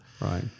Right